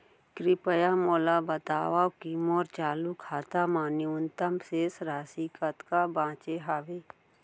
कृपया मोला बतावव की मोर चालू खाता मा न्यूनतम शेष राशि कतका बाचे हवे